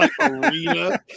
arena